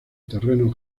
terreno